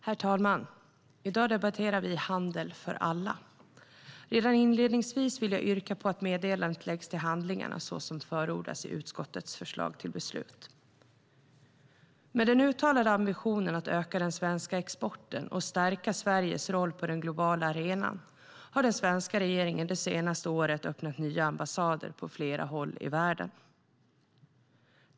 Herr talman! I dag debatterar vi handel för alla. Redan inledningsvis vill jag yrka på att meddelandet läggs till handlingarna, så som förordas i utskottets förslag till beslut. Med den uttalade ambitionen att öka den svenska exporten och stärka Sveriges roll på den globala arenan har den svenska regeringen det senaste året öppnat nya ambassader på flera håll i världen.